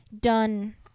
done